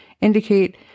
indicate